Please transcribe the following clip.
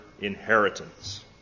inheritance